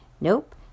nope